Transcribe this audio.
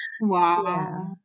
Wow